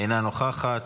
אינה נוכחת,